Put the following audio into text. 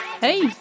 Hey